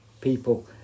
people